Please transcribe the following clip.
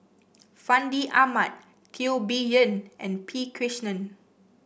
Fandi Ahmad Teo Bee Yen and P Krishnan